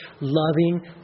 loving